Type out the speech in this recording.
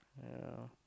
ya